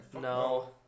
no